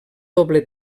doble